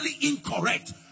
incorrect